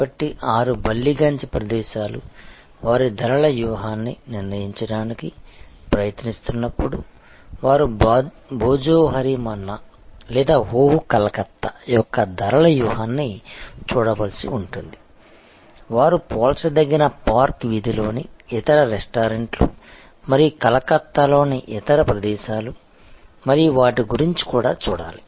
కాబట్టి 6 బల్లిగంజ్ ప్రదేశాలు వారి ధరల వ్యూహాన్ని నిర్ణయించడానికి ప్రయత్నిస్తున్నప్పుడు వారు భోజోహోరి మన్నా లేదా ఓహ్ కలకత్తా యొక్క ధరల వ్యూహాన్ని చూడవలసి ఉంటుంది వారు పోల్చదగిన పార్క్ వీధిలోని ఇతర రెస్టారెంట్లు మరియు కలకత్తాలోని ఇతర ప్రదేశాలు మరియు వాటి గురించి కూడా చూడాలి